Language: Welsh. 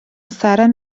seren